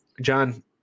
John